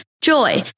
JOY